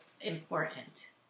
important